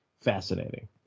fascinating